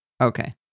Okay